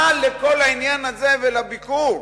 מה לכל העניין הזה ולביקור?